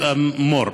מו"ר.